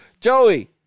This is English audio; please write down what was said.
Joey